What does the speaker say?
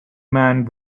man